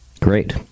Great